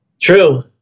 True